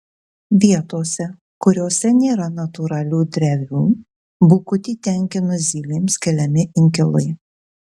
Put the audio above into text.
vietose kuriose nėra natūralių drevių bukutį tenkina zylėms keliami inkilai